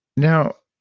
now,